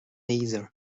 either